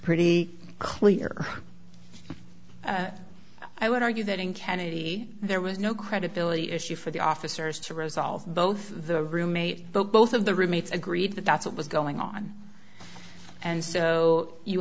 pretty clear i would argue that in kennedy there was no credibility issue for the officers to resolve both the roommate but both of the roommates agreed that that's what was going on and so you